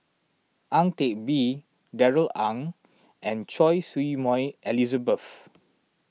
Ang Teck Bee Darrell Ang and Choy Su Moi Elizabeth